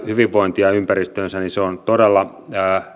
hyvinvointia ympäristöönsä on todella